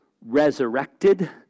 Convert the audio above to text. resurrected